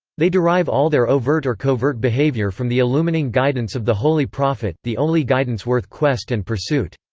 they derive all their overt or covert behaviour from the illumining guidance of the holy prophet, the only guidance worth quest and pursuit.